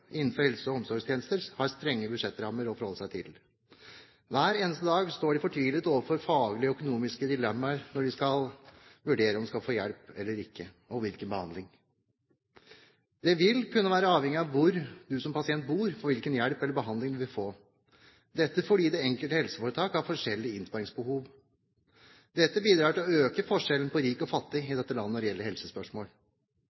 innenfor helse- og omsorgstjenester har strenge budsjettrammer å forholde seg til. Hver eneste dag står de fortvilet overfor faglige og økonomiske dilemmaer når de skal vurdere om en pasient skal få hjelp eller ikke, og hvilken behandling pasienten skal få. Det vil kunne være avhengig av hvor man som pasient bor, hvilken hjelp eller behandling man vil få, dette fordi det enkelte helseforetak har forskjellige innsparingsbehov. Dette bidrar til å øke forskjellene på rik og fattig